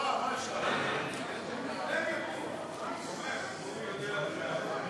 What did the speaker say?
הצעת סיעת הרשימה המשותפת להביע